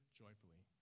joyfully